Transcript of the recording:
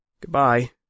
Goodbye